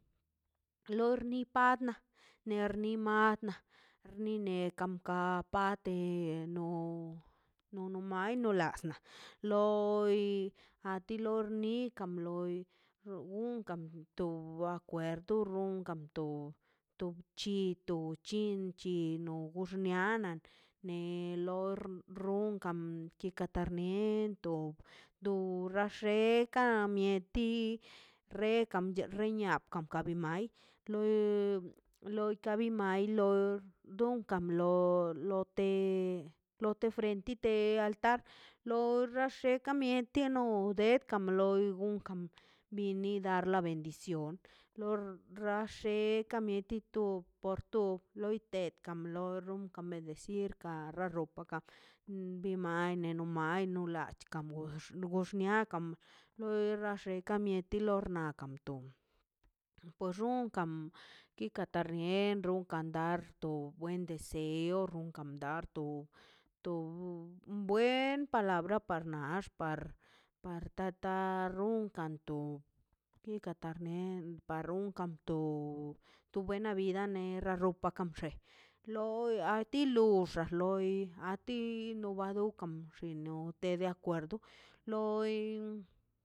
Lor ni pada termi mada nirne kam kam apate no nono maildolas na loi a ti lor ni kam loi runkan tob acuerdo dumkan tu to bc̱hi to kin chi no gox niana le no runkan kika tarnien tob to xaxe kan mieti rekan bche ne mia kan kabe miai loi ka bi mai lo dunkan blo te lote frenti te altar lo xe xa kamieti no de etkan loi unkam vini dar la bendicion lo ralle ka mieti to por to loite kamblon run kame decika a ra ropa ka bi maia no maie no lach kambo kanox nox nia kam lo xe ka mieti lo rnakan ton jon rumkan kika tarnien run kan dar to wen deseo kan darto to o buen parabr ka mnax par tata runkan to runka ta nie barun kanto to buena vida ne torra kam xe loi a ti lu uxa loi a ti loba dukan o te de acuerdo loi.